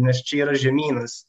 nes čia yra žemynas